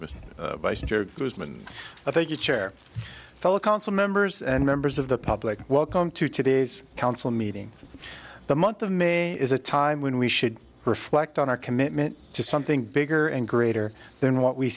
men i thank you chair fellow council members and members of the public welcome to today's council meeting in the month of may is a time when we should reflect on our commitment to something bigger and greater than what we